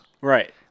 Right